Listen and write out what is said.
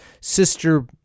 sister